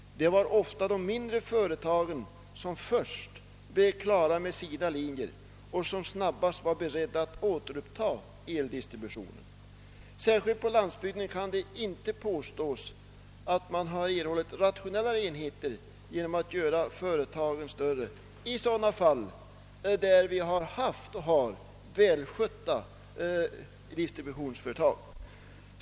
Det var ofta de företagen som först blev klara med sina linjer och snabbast var beredda att återuppta eldistributionen. Det kan inte påstås — i varje fall inte för landsbygdens del — att man har erhållit rationellare enheter genom att göra företagen större, där vi har haft och har välskötta distributionsföretag.